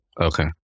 Okay